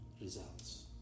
Results